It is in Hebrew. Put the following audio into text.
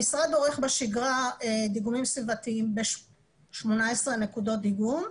המשרד עורך בשגרה דיגומים סביבתיים ב-18 נקודות דיגום,